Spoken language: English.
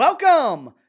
Welcome